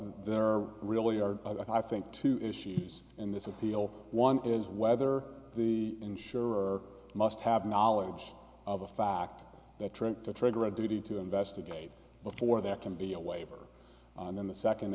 are really are i think two issues in this appeal one is whether the insurer must have knowledge of the fact that trying to trigger a duty to investigate before there can be a waiver and then the second